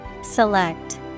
Select